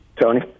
tony